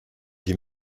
dit